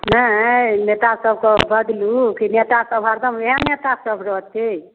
नहि नेता सबके बदलू की नेता सब हरदम ओएह नेता सब रहतै